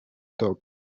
top